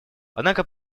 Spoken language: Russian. однако